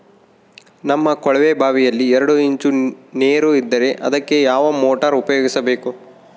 ನಮ್ಮ ಕೊಳವೆಬಾವಿಯಲ್ಲಿ ಎರಡು ಇಂಚು ನೇರು ಇದ್ದರೆ ಅದಕ್ಕೆ ಯಾವ ಮೋಟಾರ್ ಉಪಯೋಗಿಸಬೇಕು?